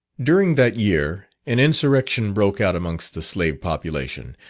during that year, an insurrection broke out amongst the slave population,